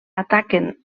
ataquen